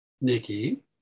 Nikki